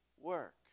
work